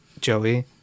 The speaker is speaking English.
Joey